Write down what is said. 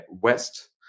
West